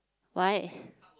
why